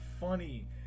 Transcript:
funny